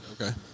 Okay